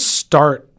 start